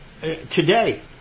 Today